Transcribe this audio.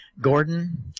Gordon